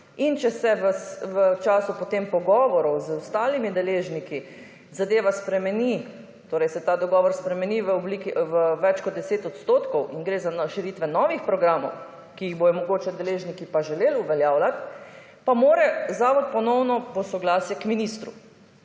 in če se v času po tem pogovoru z ostalimi deležniki zadeva spremeni, torej se ta dogovor spremeni več kot 10 % in gre za širitve novih programov, ki jih bodo mogoče deležniki želeli uveljavljati, pa mora zavod ponovno po soglasje k ministru,